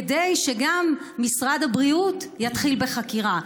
כדי שגם משרד הבריאות יתחיל בחקירה?